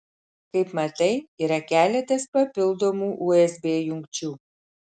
kaip matai yra keletas papildomų usb jungčių